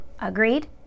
Agreed